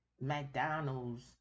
McDonald's